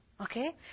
Okay